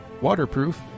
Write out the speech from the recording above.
waterproof